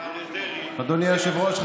אדוני היושב-ראש.